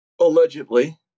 Allegedly